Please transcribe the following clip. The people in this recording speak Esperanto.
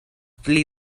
pli